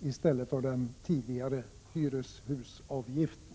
i stället för den tidigare hyreshusavgiften.